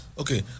Okay